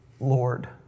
Lord